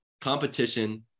competition